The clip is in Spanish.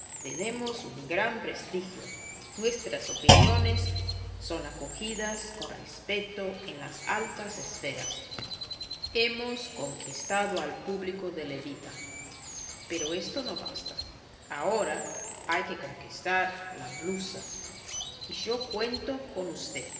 tenemos un gran prestigio nuestras opiniones son acogidas con respeto en las altas esferas hemos conquistado al público de levita pero esto no basta ahora hay que conquistar la blusa y yo cuento con usted